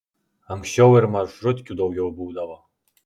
anksčiau ir maršrutkių daugiau būdavo